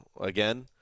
Again